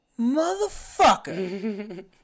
Motherfucker